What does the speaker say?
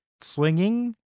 swinging